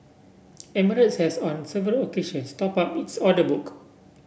emirates has on several occasions topped up its order book